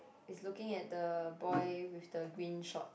is looking at the boy with the green shorts